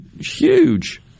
huge